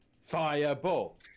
Fireball